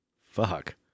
Fuck